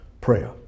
Prayer